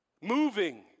moving